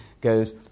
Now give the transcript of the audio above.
goes